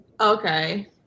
okay